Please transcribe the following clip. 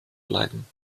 bleiben